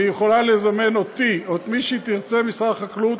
והיא יכולה לזמן אותי או את מי שהיא תרצה ממשרד החקלאות,